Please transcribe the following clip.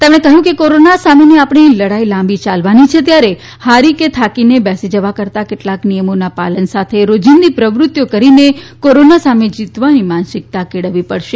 તેમણે કહ્યું કે કોરોના સામેની આપણી લડાઈ લાંબી ચાલવાની છે ત્યારે હારે કે થાકીને બેસી જવા કરતાં કેટલાક નિયમોના પાલન સાથે રોજીંદી પ્રવૃત્તિઓ કરીને કોરોના સામે જીતવાની માનસીકતા કેળવવી પડશે